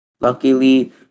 Luckily